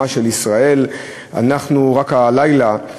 רק הלילה,